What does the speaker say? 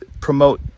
promote